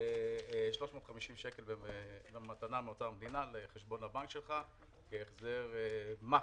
350 שקל מתנה מאוצר המדינה לחשבון הבנק שלך כהחזר מס,